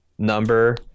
number